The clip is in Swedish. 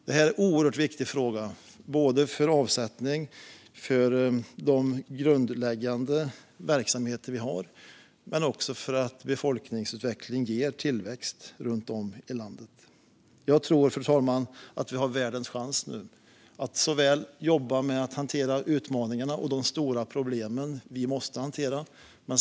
Det är en oerhört viktig fråga både för avsättning för de grundläggande verksamheter vi har men också för att befolkningsutveckling ger tillväxt runt om i landet. Fru talman! Jag tror att vi nu har världens chans. Det handlar om att jobba med att hantera utmaningarna och de stora problemen som vi måste hantera.